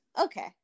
Okay